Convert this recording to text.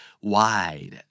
Wide